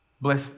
Bless